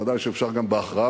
ודאי שאפשר גם בהכרעה,